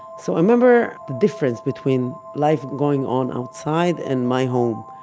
so i remember the difference between life going on outside and my home.